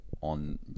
on